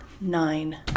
nine